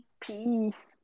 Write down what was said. Peace